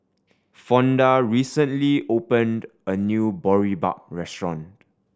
Fonda recently opened a new Boribap restaurant